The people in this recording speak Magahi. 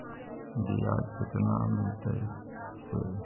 बियाज केतना मिललय से?